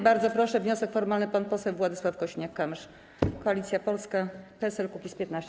Bardzo proszę, z wnioskiem formalnym pan poseł Władysław Kosiniak-Kamysz, Koalicja Polska - PSL - Kukiz15.